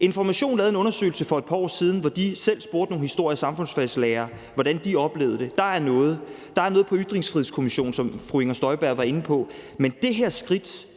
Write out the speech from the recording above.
Information lavede en undersøgelse for et par år siden, hvor de selv spurgte nogle historie- og samfundsfagslærere, hvordan de oplevede det, så der er noget. Der er noget fra Ytringsfrihedskommissionen, som fru Inger Støjberg var inde på. Den viden,